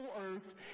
earth